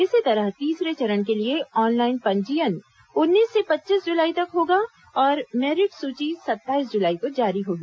इसी तरह तीसरे चरण के लिए ऑनलाइन पंजीयन उन्नीस से पच्चीस जुलाई तक होगा और मेरिट सूची सत्ताईस जुलाई को जारी होगी